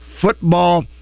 football